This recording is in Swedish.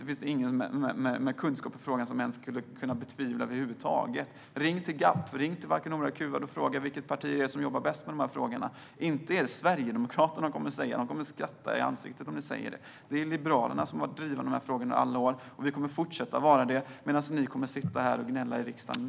Det finns ingen med kunskap i frågan som skulle kunna betvivla det över huvud taget. Ring till GAPF eller till Varken hora eller kuvad och fråga vilket parti det är som jobbar bäst med de här frågorna! Inte är det Sverigedemokraterna, kommer de att säga. De kommer att skratta er i ansiktet om ni säger det. Det är ju Liberalerna som har varit drivande i de här frågorna under alla år och kommer att fortsätta att vara det, medan ni kommer att sitta här och gnälla i riksdagen.